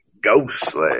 Ghostly